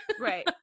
Right